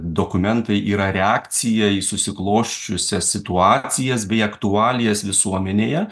dokumentai yra reakcija į susiklosčiusias situacijas bei aktualijas visuomenėje